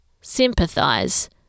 sympathise